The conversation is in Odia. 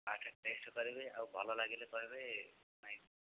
ଆସିକି ଟେଷ୍ଟ କରିବେ ଆଉ ଭଲ ଲାଗିଲେ କହିବେ ନାଇଁ